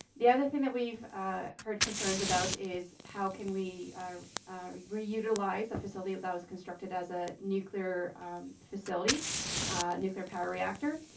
the other thing that we've heard concerns about is how can we reutilize a facility that was constructed as a nuclear facility, a nuclear power reactor?